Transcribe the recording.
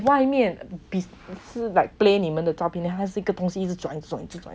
外面是 like play 你们的照片还是一个东西一直转